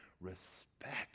Respect